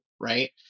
right